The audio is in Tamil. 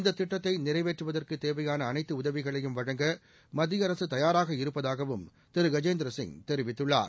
இந்த திட்டத்தை நிறைவேற்றுவதற்குத் தேவையான அனைத்து உதவிகளையும் வழங்க மத்திய அரசு தயாராக இருப்பதாகவும் திரு கஜேந்திரசிங் தெரிவித்துள்ளார்